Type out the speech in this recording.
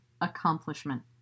accomplishment